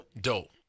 dope